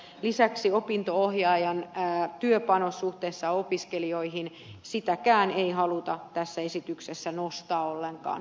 lisäksi opinto ohjaajan työpanostakaan suhteessa opiskelijoihin ei haluta tässä esityksessä nostaa ollenkaan